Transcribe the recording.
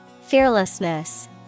Fearlessness